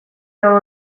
all